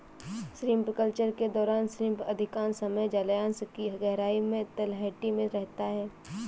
shrimp culture के दौरान shrimp अधिकांश समय जलायश की गहराई में तलहटी में रहता है